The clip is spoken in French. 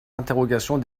interrogations